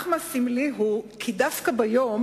מה סמלי הוא כי דווקא ביום